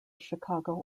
chicago